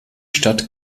stadt